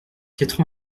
quatre